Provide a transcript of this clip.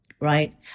right